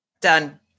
Done